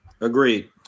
Agreed